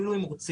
אפילו אם רוצים.